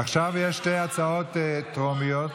עכשיו יש שתי הצעות חוק טרומיות.